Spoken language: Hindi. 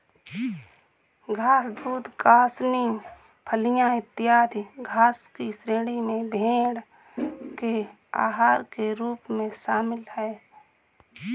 घास, दूब, कासनी, फलियाँ, इत्यादि घास की श्रेणी में भेंड़ के आहार के रूप में शामिल है